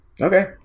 Okay